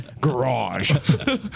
Garage